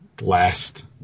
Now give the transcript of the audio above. last